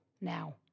now